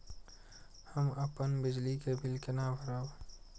हम अपन बिजली के बिल केना भरब?